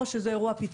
או שזה אירוע פיצוץ.